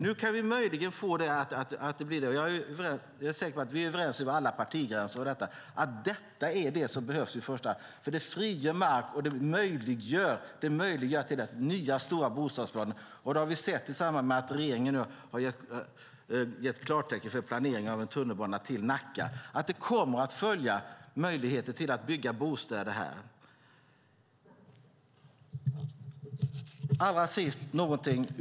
Nu kan det möjligen bli så, och jag är säker på att vi är överens över alla partigränser om att detta är det som behövs i första hand, för det frigör mark och möjliggör nya stora bostadsplaner. I samband med att regeringen nu har gett klartecken för planering av tunnelbana till Nacka ser vi att det kommer att följas av möjligheter att bygga bostäder där.